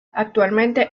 actualmente